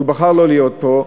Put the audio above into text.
שבחר לא להיות פה,